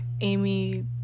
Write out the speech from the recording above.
Amy